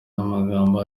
n’amagambo